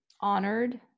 honored